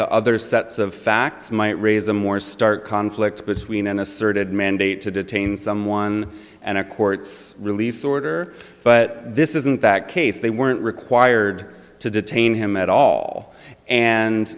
to other sets of facts might raise a more stark conflict between an asserted mandate to detain someone and a court's release order but this isn't that case they weren't required to detain him at all and